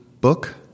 book